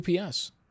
UPS